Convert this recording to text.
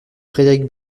frédéric